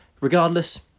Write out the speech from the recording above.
regardless